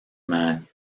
man